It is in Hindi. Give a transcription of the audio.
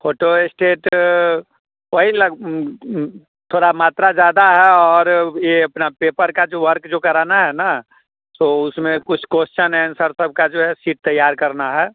फोटो स्टेट वही थोड़ा मात्रा ज़्यादा है और ये अपना पेपर का जो वर्क जो कराना है ना तो उसमें कुछ क्वेश्चन आंसर सबका जो है शीट तैयार करना है